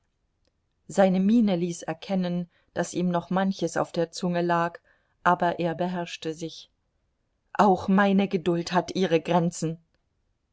seine miene ließ erkennen daß ihm noch manches auf der zunge lag aber er beherrschte sich auch meine geduld hat ihre grenzen